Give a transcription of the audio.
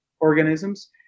organisms